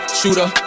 shooter